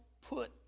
put